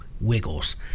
wiggles